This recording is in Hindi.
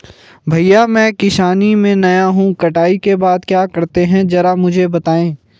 भैया मैं किसानी में नया हूं कटाई के बाद क्या करते हैं जरा मुझे बताएं?